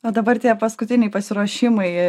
o dabar tie paskutiniai pasiruošimai